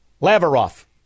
Lavrov